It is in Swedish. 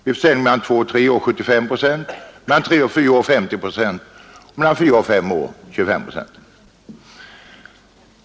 Vid försäljning mellan två och tre år blir 75 procent, mellan tre och fyra år blir 50 procent och mellan fyra och fem år blir 25 procent av vinsten skattepliktig.